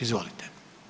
Izvolite.